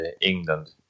England